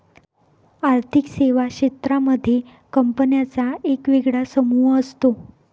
आर्थिक सेवा क्षेत्रांमध्ये कंपन्यांचा एक वेगळा समूह असतो